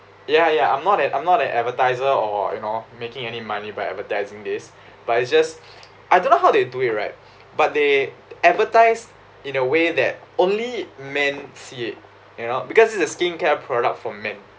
ya ya I'm not a I'm not an advertiser or you know making any money by advertising this but it's just I don't know how they do it right but they advertised in a way that only men see it you know because it's a skincare product for men